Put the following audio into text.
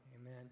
Amen